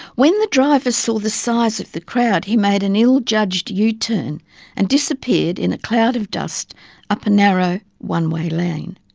when the driver saw the size of the crowd, he made an ill-judged u-turn and disappeared in a cloud of dust up a narrow one-way lane.